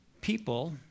people